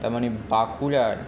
তার মানে বাঁকুড়ার